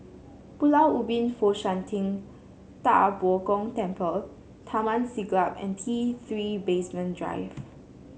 Pulau Ubin Fo Shan Ting Da Bo Gong Temple Taman Siglap and T Three Basement Drive